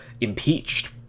impeached